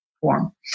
form